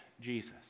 Jesus